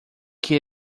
que